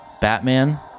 Batman